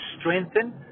strengthen